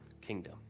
kingdom